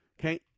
Okay